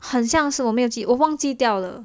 很像是我没有记我忘记掉了